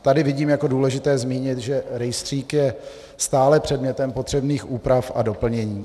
Tady vidím jako důležité zmínit, že rejstřík je stále předmětem potřebných úprav a doplnění.